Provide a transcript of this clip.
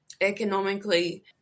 economically